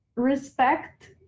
respect